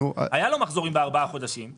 היו לו מחזורים בארבעה החודשים.